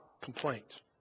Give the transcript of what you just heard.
complaint